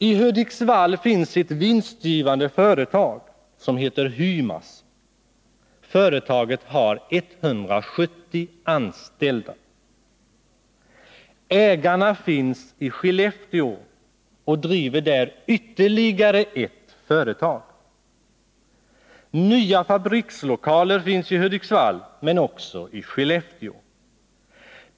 I Hudiksvall finns ett vinstgivande företag som heter Hymas. Företaget har 170 anställda. Ägarna finns i Skellefteå och driver där ytterligare ett företag. Nya fabrikslokaler finns i Hudiksvall men också i Skellefteå.